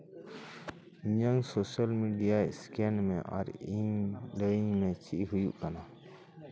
ᱤᱧᱟᱝ social media scan ᱢᱮ ᱟᱨ ᱤᱧ ᱞᱟᱹᱭᱟᱧ ᱢᱮ ᱪᱮᱫ ᱦᱩᱭᱩᱜ ᱠᱟᱱᱟ